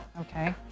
Okay